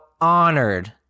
honored